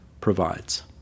provides